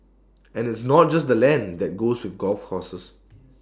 and it's not just the land that goes with golf courses